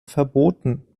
verboten